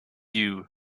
you